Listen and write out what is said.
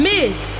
Miss